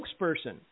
spokesperson